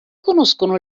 conoscono